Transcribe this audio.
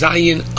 Zion